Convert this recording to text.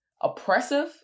oppressive